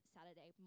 Saturday